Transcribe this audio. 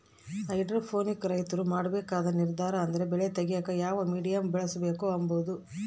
hydroponic ರೈತ್ರು ಮಾಡ್ಬೇಕಾದ ನಿರ್ದಾರ ಅಂದ್ರ ಬೆಳೆ ತೆಗ್ಯೇಕ ಯಾವ ಮೀಡಿಯಮ್ ಬಳುಸ್ಬಕು ಅಂಬದು